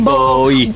Boy